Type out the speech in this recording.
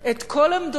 את כל עמדותיו